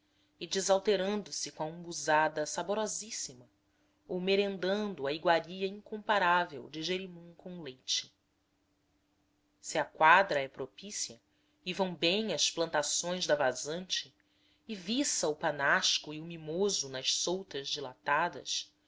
e desalterando se com a umbuzada saborosíssima ou merendando a iguaria incomparável de jerimum com leite se a quadra é propícia e vão bem as plantações da vazante e viça o panasco e o mimoso nas soltas dilatadas